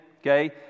okay